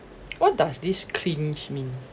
what does this cringe mean